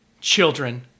Children